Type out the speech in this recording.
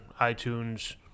iTunes